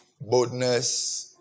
boldness